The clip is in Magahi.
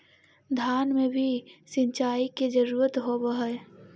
धान मे भी सिंचाई के जरूरत होब्हय?